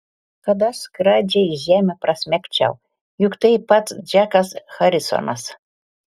kad aš skradžiai žemę prasmegčiau juk tai pats džekas harisonas